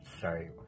sorry